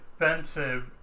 expensive